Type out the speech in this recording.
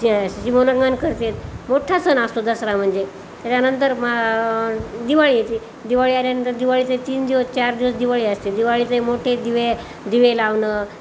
च सिमोल्लंघन करतात मोठ्ठा सण असतो दसरा म्हणजे त्याच्यानंतर मा दिवाळी यायची दिवाळी आल्यानंतर दिवाळीचे तीन दिवस चार दिवस दिवाळी असते दिवाळीचे मोठे दिवे दिवे लावणं